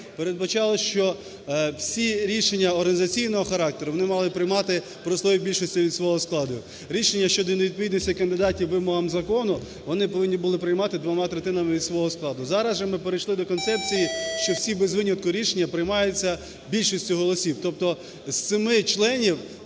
Передбачалось, що всі рішення організаційного характеру вони мали приймати при умові більшості від свого складу. Рішення щодо невідповідності кандидатів вимогам закону вони повинні були приймати двома третинами від свого складу. Зараз ми перейшли до концепції, що всі без винятку рішення приймаються більшістю голосів. Тобто з 7 членів